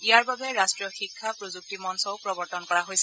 ইয়াৰ বাবে ৰাট্টীয় শিক্ষা প্ৰযুক্তি মঞ্চও প্ৰৱৰ্তন কৰা হৈছে